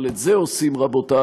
אבל את זה עושים, רבותי,